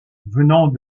venant